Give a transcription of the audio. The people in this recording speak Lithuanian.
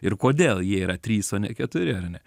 ir kodėl jie yra trys o ne keturi ar ne